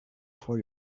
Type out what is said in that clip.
for